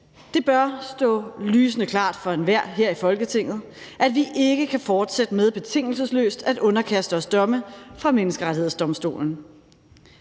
Det bør stå lysende klart for enhver her i Folketinget, at vi ikke kan fortsætte med betingelsesløst at underkaste os domme fra Menneskerettighedsdomstolen,